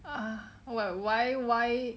ah why why